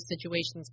situations